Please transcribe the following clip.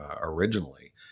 originally